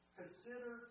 consider